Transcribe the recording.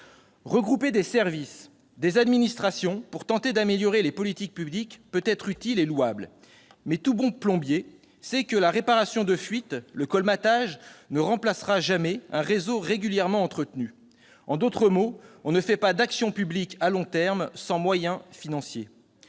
Regrouper des services, des administrations pour tenter d'améliorer les politiques publiques peut être utile et louable, mais tout bon plombier sait que la réparation de fuite, le colmatage, ne remplacera jamais un réseau régulièrement entretenu. En d'autres mots, on ne fait pas d'action publique de long terme sans moyens financiers.